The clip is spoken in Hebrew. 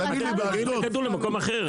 תעבירו את הכדור למקום אחר.